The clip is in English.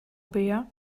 bear